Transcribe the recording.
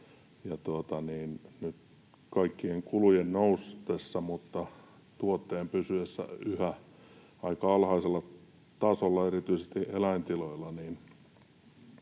nyt kaikkien kulujen noustessa mutta tuotteen pysyessä yhä aika alhaisella tasolla, erityisesti eläintiloilla,